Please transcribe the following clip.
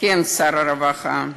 כן, שר הרווחה,